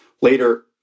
later